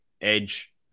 Edge